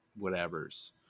whatevers